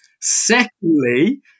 Secondly